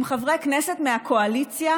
עם חברי כנסת מהקואליציה.